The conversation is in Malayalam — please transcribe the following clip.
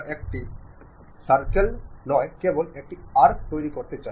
ശമ്പള വർദ്ധനവ് ഉണ്ടായിട്ടുണ്ട് ഒരു ഡിഎ വർദ്ധനവ് ഉണ്ടായിട്ടുണ്ട്